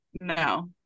No